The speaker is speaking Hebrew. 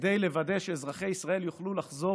כדי לוודא שאזרחי ישראל יוכלו לחזור